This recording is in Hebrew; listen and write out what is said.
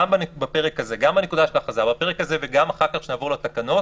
בפרק הזה וגם אחר כך כשנעבור לתקנות.